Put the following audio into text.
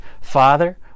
father